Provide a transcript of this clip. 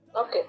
Okay